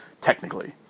technically